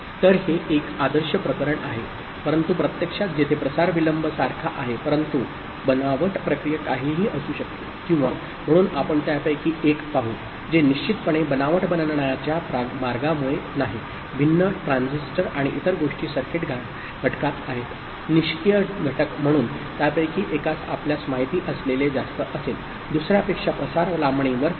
तर हे एक आदर्श प्रकरण आहे परंतु प्रत्यक्षात जेथे प्रसार विलंब सारखा आहे परंतु बनावट प्रक्रिया काहीही असू शकते किंवा म्हणून आपण त्यापैकी एक पाहू जे निश्चितपणे बनावट बनण्याच्या मार्गामुळे नाही भिन्न ट्रान्झिस्टर आणि इतर गोष्टी सर्किट घटकात आहेत निष्क्रीय घटक म्हणून त्यापैकी एकास आपल्यास माहित असलेले जास्त असेल दुसर्यापेक्षा प्रसार लांबणीवर